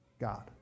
God